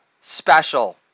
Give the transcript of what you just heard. special